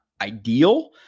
ideal